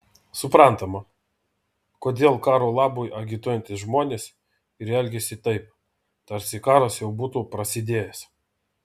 suprantama kodėl karo labui agituojantys žmonės ir elgiasi taip tarsi karas jau būtų prasidėjęs